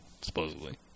supposedly